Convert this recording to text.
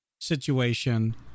situation